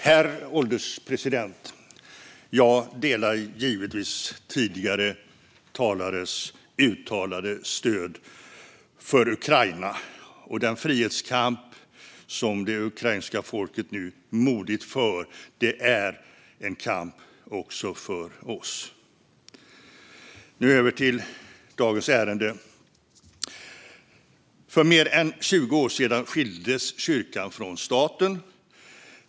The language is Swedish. Herr ålderspresident! Jag instämmer givetvis i tidigare talares uttalade stöd för Ukraina och den frihetskamp som det ukrainska folket nu modigt för. Det är en kamp också för oss. Nu går jag över till dagens ärende. För mer än 20 år sedan skildes kyrkan från staten.